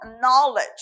knowledge